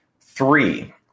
three